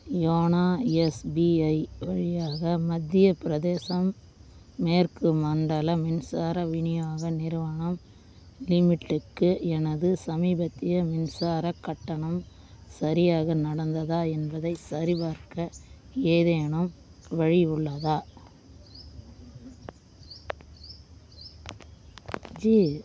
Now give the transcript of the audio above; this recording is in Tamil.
யோனோ எஸ்பிஐ வழியாக மத்திய பிரதேசம் மேற்கு மண்டல மின்சார விநியோக நிறுவனம் லிமிட்டுக்கு எனது சமீபத்திய மின்சாரக் கட்டணம் சரியாக நடந்ததா என்பதைச் சரிபார்க்க ஏதேனும் வழி உள்ளதா ஜி